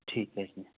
ਠੀਕ ਐ ਜੀ